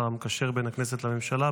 השר המקשר בין הכנסת לממשלה.